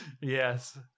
yes